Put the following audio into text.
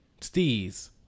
Stee's